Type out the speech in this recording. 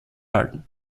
halten